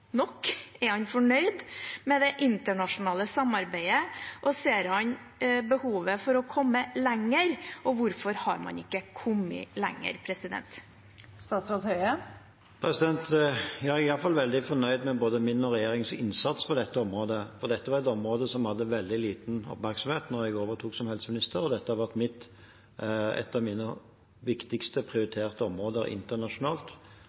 nok? Er han fornøyd med det internasjonale samarbeidet? Ser han behovet for å komme lenger – og hvorfor har man ikke kommet lenger? Ja, jeg er iallfall veldig fornøyd med både min og regjeringens innsats på dette området, for dette var et område som hadde veldig liten oppmerksomhet da jeg overtok som helseminister, og dette har vært et av mine viktigste prioriterte områder internasjonalt